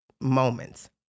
moments